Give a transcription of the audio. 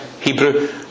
Hebrew